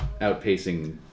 outpacing